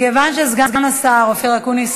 מכיוון שסגן השר אופיר אקוניס,